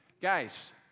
Guys